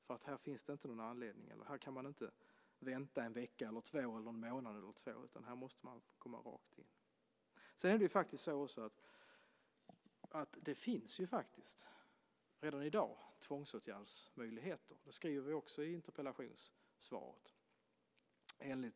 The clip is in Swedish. För här kan man inte vänta en vecka eller två eller en månad eller två. Här måste man komma rakt in. Det finns faktiskt redan i dag tvångsåtgärdsmöjligheter enligt LVM. Det skriver vi också i interpellationssvaret.